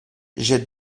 j’ai